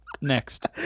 Next